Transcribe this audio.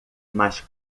mais